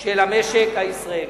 של המשק הישראלי.